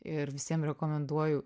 ir visiem rekomenduoju